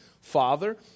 Father